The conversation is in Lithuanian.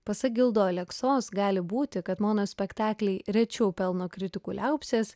pasak gildo aleksos gali būti kad monospektakliai rečiau pelno kritikų liaupsės